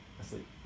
asleep